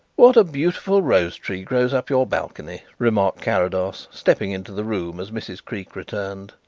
what a beautiful rose-tree grows up your balcony, remarked carrados, stepping into the room as mrs. creake returned.